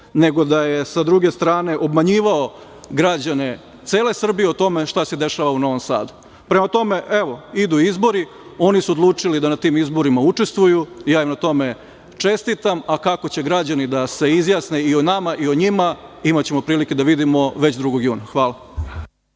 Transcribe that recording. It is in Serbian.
nego da je sa druge strane obmanjivao građane cele Srbije o tome šta se dešava u Novom Sadu. Prema tome, evo, idu izbori, oni su odlučili da na tim izborima učestvuju i ja im na tome čestitam, a kako će građani da se izjasne i o nama i o njima imaćemo prilike da vidimo već 2. juna. Hvala.